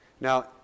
Now